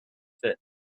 fit